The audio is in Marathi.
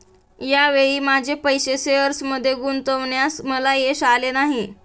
या वेळी माझे पैसे शेअर्समध्ये गुंतवण्यात मला यश आले नाही